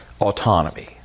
autonomy